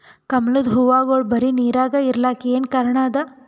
ಕಮಲದ ಹೂವಾಗೋಳ ಬರೀ ನೀರಾಗ ಇರಲಾಕ ಏನ ಕಾರಣ ಅದಾ?